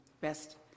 best